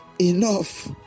Enough